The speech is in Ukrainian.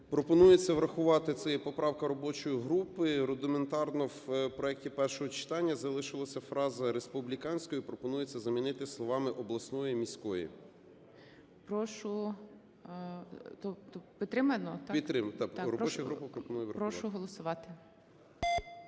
Пропонується врахувати. Це є поправка робочої групи. Рудиментарно в проекті першого читання залишилась фраза "республіканської", пропонується замінити словами "обласної (міської)". ГОЛОВУЮЧИЙ.